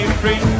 free